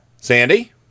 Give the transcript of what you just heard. Sandy